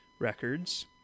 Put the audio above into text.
Records